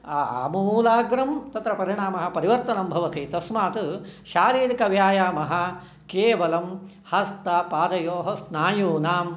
आमूलाग्रं तत्र परिणामः परिवर्तनं भवति तस्मात् शारीरिकव्यायामः केवलं हस्तपादयोः स्नायूनां